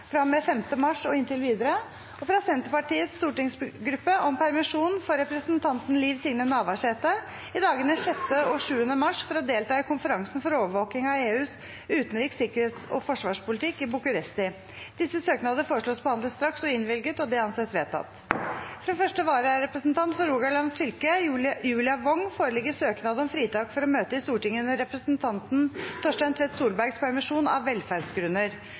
med 5. mars og inntil videre fra Senterpartiets stortingsgruppe om permisjon for representanten Liv Signe Navarsete i dagene 6. og 7. mars for å delta i konferansen for overvåking av EUs utenriks-, sikkerhets- og forsvarspolitikk, i Bucuresti Disse søknadene foreslås behandlet straks og innvilget. – Det anses vedtatt. Fra første vararepresentant for Rogaland fylke, Julia Wong , foreligger søknad om fritak for å møte i Stortinget under representanten Torstein Tvedt Solbergs permisjon, av velferdsgrunner.